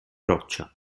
roccia